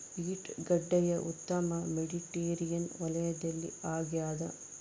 beet ಗಡ್ಡೆಯ ಉಗಮ Mediterranean ವಲಯದಲ್ಲಿ ಆಗ್ಯಾದ